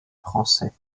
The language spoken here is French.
français